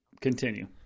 continue